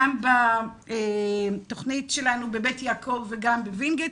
גם בתכנית שלנו בבית יעקב וגם בווינגייט,